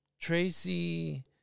Tracy